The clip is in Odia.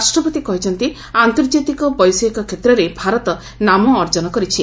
ରାଷ୍ଟ୍ରପତି କହିଛନ୍ତି ଆର୍ନ୍ତଜାତିକ ବୈଷୟିକ କ୍ଷେତ୍ରରେ ଭାରତ ନାମ ଅର୍ଜନ କରିଛି